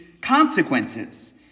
consequences